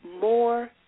more